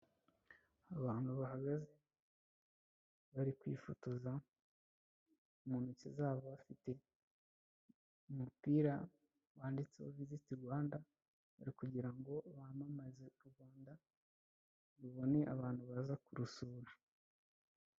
Abantu bahagaze, bari kwifotoza, mu ntoki zabo bafite umupira wanditseho Visit Rwanda, bari kugira ngo bamamaze u Rwanda, rubone abantu baza kurusura.